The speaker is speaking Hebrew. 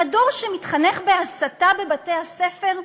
על הדור שמתחנך להסתה בבתי-הספר?